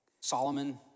Solomon